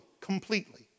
completely